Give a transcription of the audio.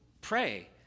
pray